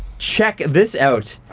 check this out,